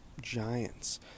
giants